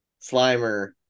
slimer